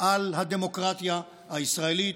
על הדמוקרטיה הישראלית.